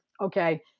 Okay